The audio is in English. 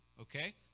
okay